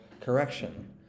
correction